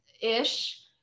ish